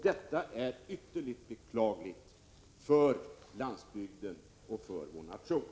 Detta är ytterligt beklagligt för landsbygden och för vår nation.